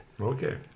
Okay